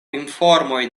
informoj